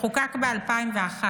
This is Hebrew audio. שחוקק ב-2001